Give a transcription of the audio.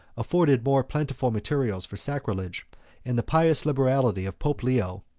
afforded more plentiful materials for sacrilege and the pious liberality of pope leo,